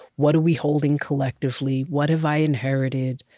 what are we holding collectively, what have i inherited,